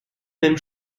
même